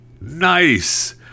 Nice